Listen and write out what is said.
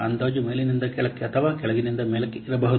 ಅಂದಾಜು ಮೇಲಿನಿಂದ ಕೆಳಕ್ಕೆ ಅಥವಾ ಕೆಳಗಿನಿಂದ ಮೇಲಕ್ಕೆ ಇರಬಹುದು